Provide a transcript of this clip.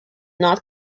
not